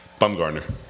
Bumgarner